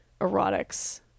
erotics